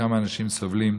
כמה אנשים סובלים,